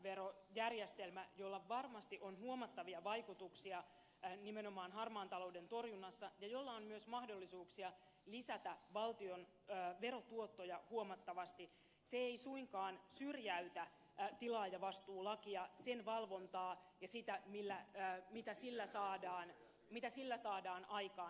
käännetty arvonlisäverojärjestelmä jolla varmasti on huomattavia vaikutuksia nimenomaan harmaan talouden torjunnassa ja jolla on myös mahdollisuuksia lisätä valtion verotuottoja huomattavasti ei suinkaan syrjäytä tilaajavastuulakia sen valvontaa ja sitä mitä sillä saadaan aikaan